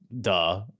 duh